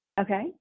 Okay